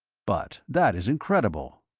but that is incredible.